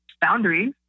boundaries